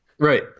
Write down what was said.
Right